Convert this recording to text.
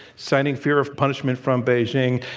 signing fear of punishment from beijing,